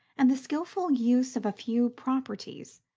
and the skilful use of a few properties,